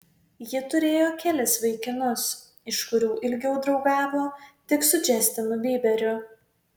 ji turėjo kelis vaikinus iš kurių ilgiau draugavo tik su džastinu byberiu